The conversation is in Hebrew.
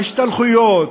וההשתלחויות,